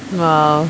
!wow!